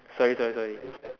sorry sorry sorry